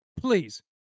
Please